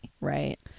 right